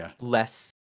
less